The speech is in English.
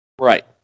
Right